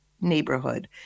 neighborhood